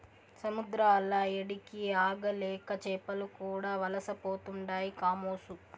సముద్రాల ఏడికి ఆగలేక చేపలు కూడా వలసపోతుండాయి కామోసు